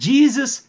Jesus